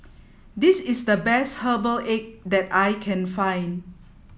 this is the best herbal egg that I can find